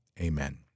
Amen